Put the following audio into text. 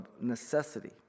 necessity